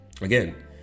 again